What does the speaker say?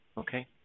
Okay